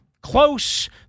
close